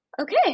Okay